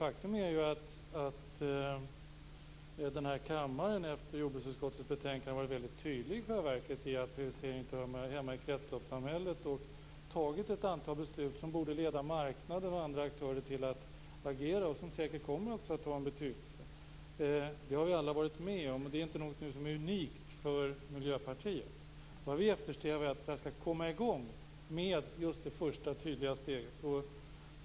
Faktum är att denna kammare efter jordbruksutskottets betänkande i själva verket har varit mycket tydlig om att PVC inte hör hemma i kretsloppssamhället. Vi har fattat ett antal beslut som borde leda marknaden och andra aktörer till att agera, och det kommer säkert också att ha en betydelse. Det har vi alla varit med om - det är inte någonting som är unikt för Miljöpartiet. Vad vi eftersträvar är att komma i gång med just det första tydliga steget.